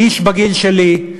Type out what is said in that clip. איש בגיל שלי,